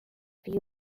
view